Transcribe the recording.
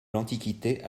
l’antiquité